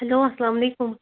hello اسلام علیکُم